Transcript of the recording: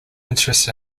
interest